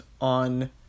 on